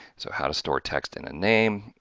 so, how to store text in a name,